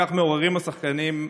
בכך מעוררים את השחקנים,